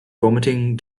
vomiting